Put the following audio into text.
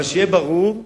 אבל שיהיה ברור,